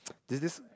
there's this